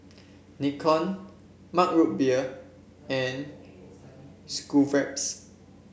Nikon Mug Root Beer and Schweppes